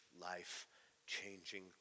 life-changing